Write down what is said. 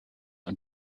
und